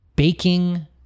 Baking